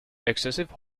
excessive